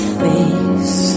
face